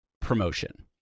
promotion